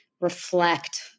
reflect